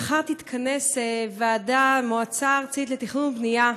מחר תתכנס ועדה, מועצה ארצית לתכנון ובנייה,